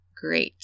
Great